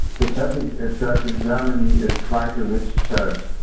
the catholic church in germany is quite a rich church.